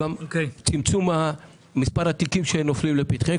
גם צמצום מספר התיקים שנופלים לפתחם.